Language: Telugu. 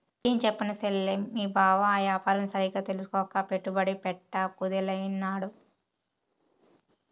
ఏంచెప్పను సెల్లే, మీ బావ ఆ యాపారం సరిగ్గా తెల్సుకోక పెట్టుబడి పెట్ట కుదేలైనాడు